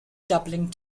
doubling